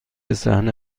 صحنه